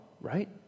right